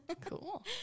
Cool